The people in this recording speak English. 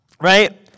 Right